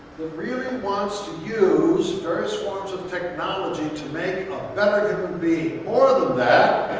really wants to use various forms of technology to make a better human being. more than that,